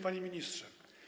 Panie Ministrze!